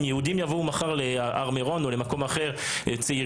אם יהודים יבואו מחר להר מירון או למקום אחר ויתפרעו,